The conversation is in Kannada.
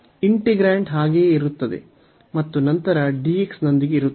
ಇಂಟಿಗ್ರಾಂಡ್ ಹಾಗೆಯೇ ಇರುತ್ತದೆ ಮತ್ತು ನಂತರ dx ನೊಂದಿಗೆ ಇರುತ್ತದೆ